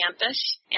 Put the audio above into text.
campus